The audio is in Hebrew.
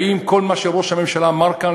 האם כל מה שראש הממשלה אמר כאן,